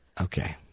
Okay